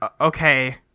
okay